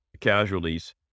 casualties